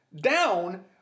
down